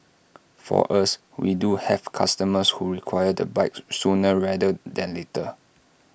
for us we do have customers who require the bike sooner rather than later